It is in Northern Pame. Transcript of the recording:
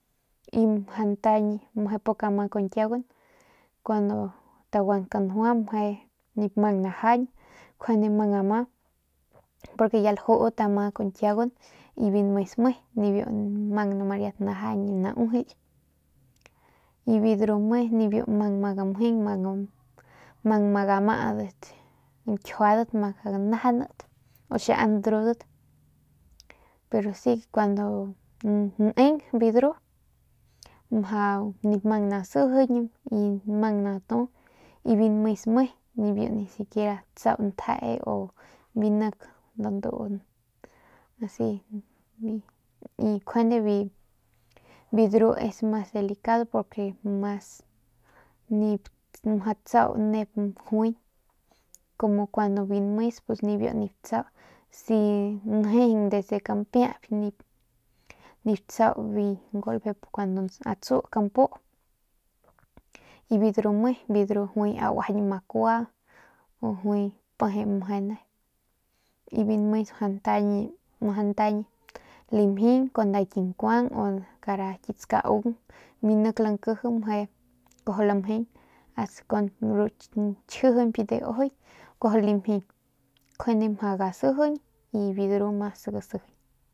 Y mjau ntañ meje pik ama kun kiagun kun taguan kanjua meje nip mang najañ njuande mang ama porque ya lajut ama kun kiagun y biu nmes me ni riat mang najañ nauijiyl y biu dru me ni mang ama gamjeng mang ama gamaadat kjuadat najanat o xiau ndrudat pero si cuandu neng biu dru mjau nip mang nasijiñ y mang natu y biu nmes me ni nisiquiera tsau njee biu nik dantuun asi y njuade biu dru njuande es mas delicado porque es mas nip mjau tsau nep jui y como cuando biu nmes ni nip tsau si njejeung desde kampiayp nip tsau bi golpe cuando a tsu campu y biu dru me ne jui uajaiñ bi makua o jui paje maje nep y biu nis ntaiñ lamjing kun nda ki unkuang o con nda ki skaung u bi nik lankiji maje kuajau lamjing asta kun ki chjijiñp de ujuy kuaju lamjing kujande majau gasijiñ y biu dru mas gasijiñ.